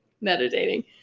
meditating